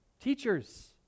teachers